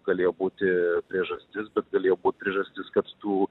galėjo būti priežastis galėjo būt priežastis kad tų